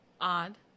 odd